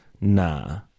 nah